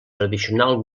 tradicional